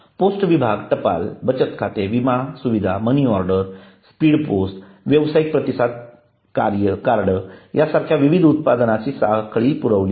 post विभाग टपाल बचत खाते विमा सुविधामनीऑर्डर स्पीड पोस्ट व्यवसायिक प्रतिसाद कार्ड सारख्या विविध उत्पादन साखळी पुरवते